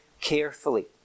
carefully